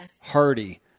Hardy